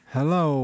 Hello